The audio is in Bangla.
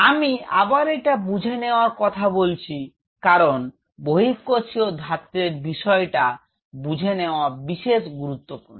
আমি আবার এটা বুঝে নেওয়ার কথা বলছি কারণ বহিঃকোষীয় ধাত্রের বিঁধয়টা বুঝে নেওয়া বিশেষ গুরুত্বপূর্ণ